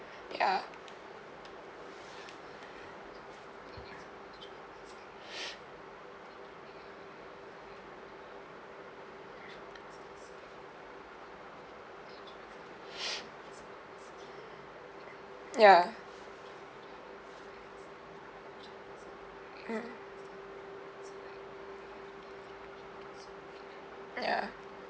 ya ya mm ya